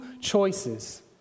choices